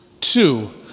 Two